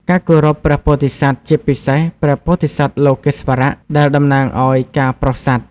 ការគោរព ព្រះពោធិសត្វ ជាពិសេស ព្រះពោធិសត្វលោកេស្វរៈ ដែលតំណាងឱ្យការប្រោសសត្វ។